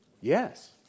Yes